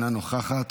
אינה נוכחת,